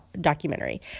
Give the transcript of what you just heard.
documentary